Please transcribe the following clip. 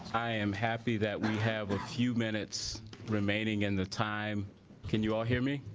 i am happy that we have a few minutes remaining in the time can you all hear me